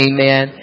Amen